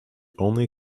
only